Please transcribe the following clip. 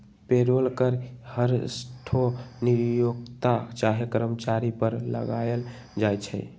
payroll कर हरसठ्ठो नियोक्ता चाहे कर्मचारी पर लगायल जाइ छइ